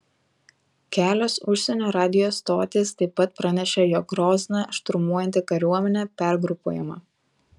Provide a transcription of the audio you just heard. kelios užsienio radijo stotys taip pat pranešė jog grozną šturmuojanti kariuomenė pergrupuojama